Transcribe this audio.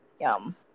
Yum